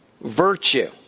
virtue